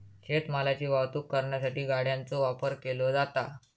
शेत मालाची वाहतूक करण्यासाठी गाड्यांचो वापर केलो जाता